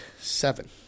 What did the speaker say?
seven